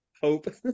hope